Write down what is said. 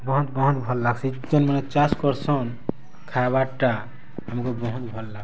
ବହୁତ୍ ବହୁତ୍ ଭଲ୍ ଲାଗ୍ସି ଯେନ୍ ମାନେ ଚାଷ୍ କରସନ୍ ଖାଏବାର୍ ଟା ଆମକୁ ବହୁତ୍ ଭଲ୍ ଲାଗ୍ସି